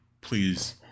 please